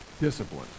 discipline